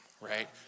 right